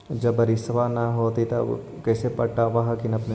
जब बारिसबा नय होब है तो कैसे पटब हखिन अपने?